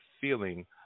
feeling